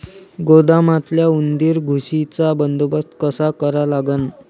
गोदामातल्या उंदीर, घुशीचा बंदोबस्त कसा करा लागन?